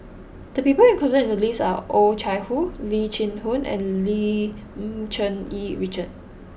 the people included in the list are Oh Chai Hoo Lee Chin Koon and Lim Cherng Yih Richard